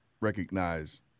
recognize